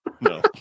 No